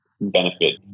benefit